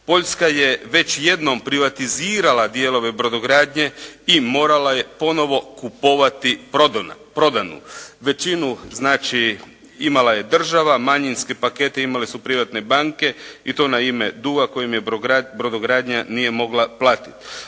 Poljska je već jednom privatizirala dijelove brodogradnje i morala je ponovo kupovati prodanu. Većinu znači imala je država. Manjinske pakete imale su privatne banke i to na ime duga kojem je brodogradnja nije mogla platiti.